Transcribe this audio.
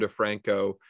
DeFranco